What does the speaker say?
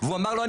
והוא אמר לו,